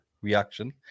reaction